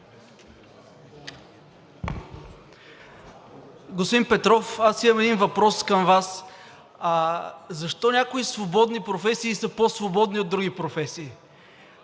Господин Петров, аз имам един въпрос към Вас: защо някои свободни професии са по-свободни от други професии?